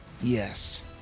Yes